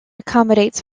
accommodates